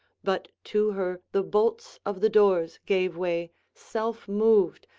but to her the bolts of the doors gave way self-moved,